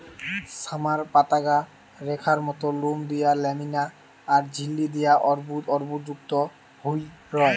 summer পাতাগা রেখার মত লোম দিয়া ল্যামিনা আর ঝিল্লি দিয়া অর্বুদ অর্বুদযুক্ত হই রয়